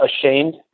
ashamed